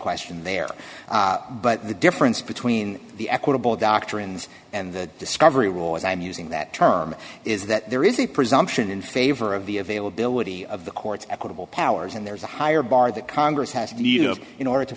question there but the difference between the equitable doctrines and the discovery was i'm using that term is that there is a presumption in favor of the availability of the court's equitable powers and there's a higher bar that congress has needed in order to